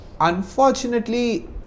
unfortunately